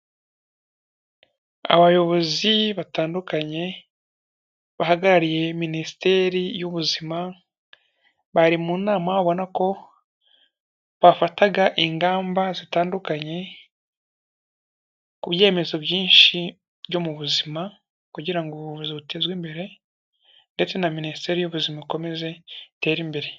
Abayobozi batandukanye bahagarariye minisiteri y'ubuzima bari mu nama babona ko bafataga ingamba zitandukanye ku byemezo byinshi byo mu buzima kugira ngo ubuvuzi butezwe imbere ndetse na minisiteri y'ubuzima ikomeze itere imbere.